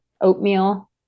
oatmeal